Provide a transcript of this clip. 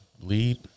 lead